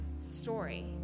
story